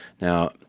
Now